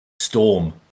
Storm